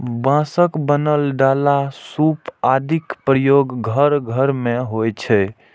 बांसक बनल डाला, सूप आदिक प्रयोग घर घर मे होइ छै